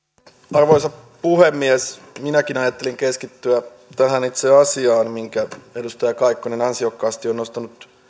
arvoisa puhemies minäkin ajattelin keskittyä tähän itse asiaan minkä edustaja kaikkonen ansiokkaasti on nostanut